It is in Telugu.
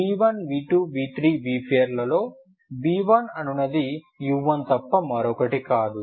v1 v2 v3 v4 లలో v1 అనునది u1తప్ప మరొకటి కాదు